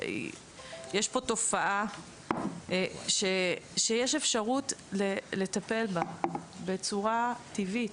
יש פה תופעה שיש אפשרות לטפל בה בצורה טבעית.